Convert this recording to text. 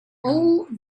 all